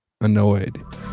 annoyed